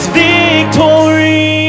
victory